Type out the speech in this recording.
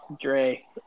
Dre